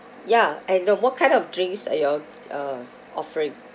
ya I know what kind of drinks are you all uh offering